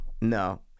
No